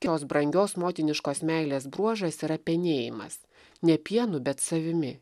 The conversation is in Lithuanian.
šios brangios motiniškos meilės bruožas yra penėjimas ne pienu bet savimi